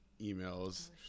emails